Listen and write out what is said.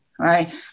right